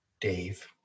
Dave